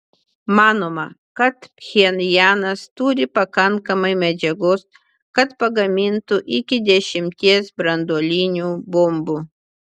manoma kad pchenjanas turi pakankamai medžiagos kad pagamintų iki dešimties branduolinių bombų